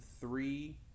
three